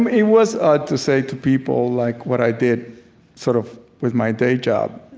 it was odd to say to people like what i did sort of with my day job.